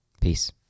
Peace